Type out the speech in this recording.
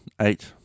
eight